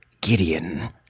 Gideon